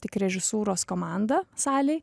tik režisūros komanda salėj